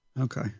Okay